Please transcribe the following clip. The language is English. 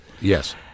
Yes